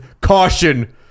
caution